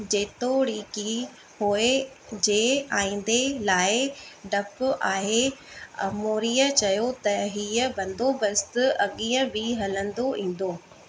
जेतोणीकि होए जे आईंदे लाइ डपु आहे अमौरीअ चयो त हीअं बंदोबस्तु अॻियां बि हलंदो ईंदो